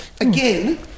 Again